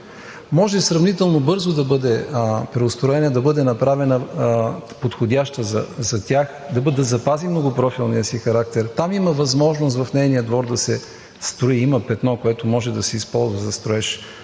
Може сравнително бързо да бъде преустроена, да бъде направена подходяща за тях, да запази многопрофилния си характер. В нейния двор има възможност да се строи. Има петно, което може да се използва за строеж